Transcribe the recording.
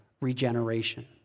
regeneration